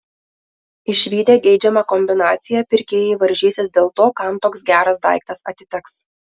išvydę geidžiamą kombinaciją pirkėjai varžysis dėl to kam toks geras daiktas atiteks